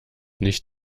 nicht